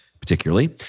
particularly